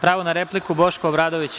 Pravo na repliku ima Boško Obradović.